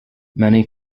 many